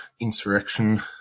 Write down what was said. insurrection